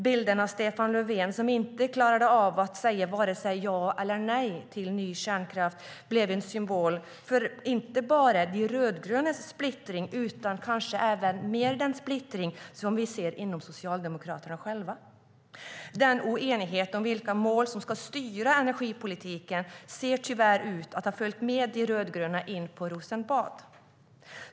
Bilden av Stefan Löfven som inte klarade av att säga vare sig ja eller nej till ny kärnkraft blev en symbol, inte bara för de rödgrönas splittring utan även för den splittring som vi ser inom Socialdemokraterna. Denna oenighet om vilka mål som ska styra energipolitiken verkar ha följt med de rödgröna in på Rosenbad.